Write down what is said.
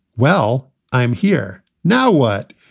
well, i'm here now. what?